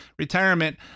Retirement